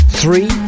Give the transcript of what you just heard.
three